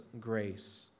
grace